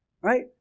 right